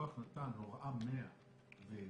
הלקוח נתן הוראה 100 והעבירו